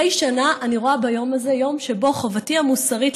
מדי שנה אני רואה ביום הזה יום שבו חובתי המוסרית